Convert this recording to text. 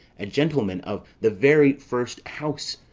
a gentleman of the very first house,